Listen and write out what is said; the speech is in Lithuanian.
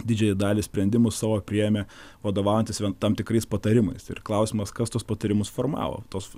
didžiąją dalį sprendimų savo priėmė vadovaujantis vien tam tikrais patarimais ir klausimas kas tuos patarimus formavo tos